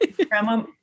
Grandma